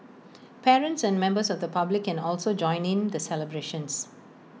parents and members of the public can also join in the celebrations